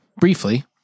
briefly